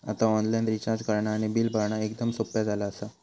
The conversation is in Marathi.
आता ऑनलाईन रिचार्ज करणा आणि बिल भरणा एकदम सोप्या झाला आसा